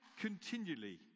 continually